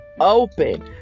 open